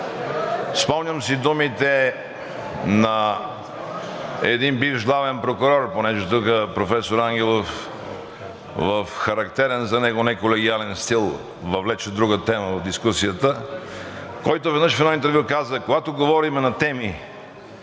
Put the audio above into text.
спомням си думите на един бивш главен прокурор, понеже тук професор Ангелов в характерен за него неколегиален стил въвлече друга тема в дискусията, който веднъж в едно интервю каза: „Когато говорим на теми,